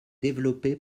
développé